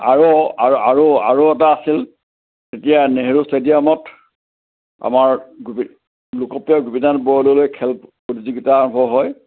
আৰু আৰু আৰু আৰু এটা আছিল তেতিয়া নেহেৰু ষ্টেডিয়ামত আমাৰ গোপী লোকপ্ৰিয় গোপীনাথ বৰদলৈ খেল প্ৰতিযোগীতা অংশ হয়